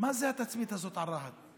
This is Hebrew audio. מה התצפית הזאת על רהט?